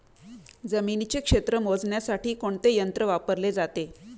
जमिनीचे क्षेत्र मोजण्यासाठी कोणते यंत्र वापरले जाते?